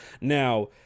Now